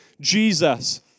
Jesus